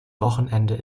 wochenende